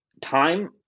time